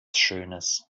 schönes